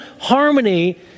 harmony